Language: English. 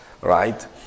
right